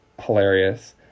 hilarious